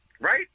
Right